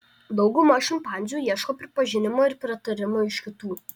dauguma šimpanzių ieško pripažinimo ir pritarimo iš kitų